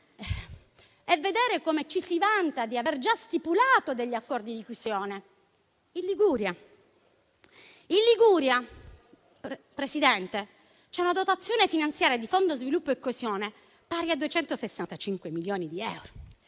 me vedere come ci si vanta di aver già stipulato degli accordi di fusione. In Liguria c'è una dotazione finanziaria del Fondo sviluppo e coesione pari a 265 milioni di euro.